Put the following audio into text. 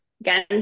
again